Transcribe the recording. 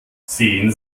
sehen